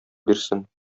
бирсен